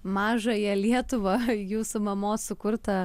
mažąją lietuvą jūsų mamos sukurtą